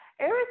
Eric